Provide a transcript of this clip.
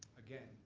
again,